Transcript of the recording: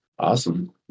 Awesome